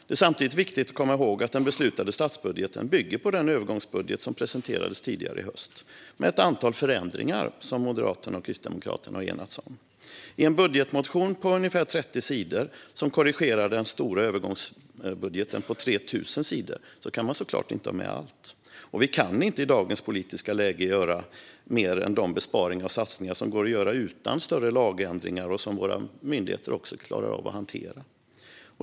Det är samtidigt viktigt att komma ihåg att den beslutade statsbudgeten bygger på den övergångsbudget som presenterades tidigare i höst, med ett antal förändringar som Moderaterna och Kristdemokraterna har enats om. I en budgetmotion på ungefär 30 sidor som korrigerar den stora övergångsbudgeten på 3 000 sidor kan man såklart inte ha med allt. Vi kan i dagens politiska läge inte göra mer än de besparingar och satsningar som går att göra utan större lagändringar och som våra myndigheter också klarar av att hantera.